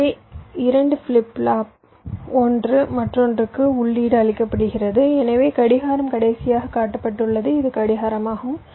அதே 2 flip flop ஒன்று மற்றொன்றுக்கு உள்ளீடு அளிக்கப்படுகிறது எனவே கடிகாரம் கடைசியாக காட்டப்பட்டுள்ளது இது கடிகாரம் ஆகும்